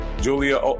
Julia